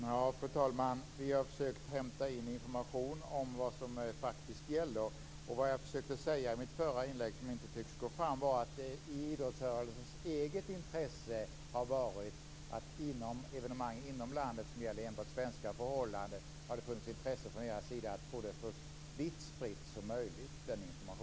Fru talman! Vi har försökt hämta in information om vad som faktiskt gäller. Vad jag försökte säga i mitt förra inlägg, som inte tycks ha gått fram, var att det har legat i idrottsrörelsens eget intresse att sprida information om evenemang inom landet som gäller enbart svenska förhållanden så vitt som möjligt.